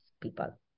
people